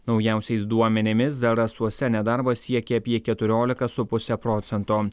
naujausiais duomenimis zarasuose nedarbas siekia apie keturiolika su puse procento